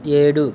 ఏడు